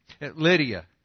Lydia